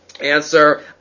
Answer